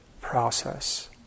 process